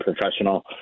professional